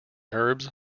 herbs